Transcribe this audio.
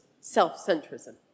Self-centrism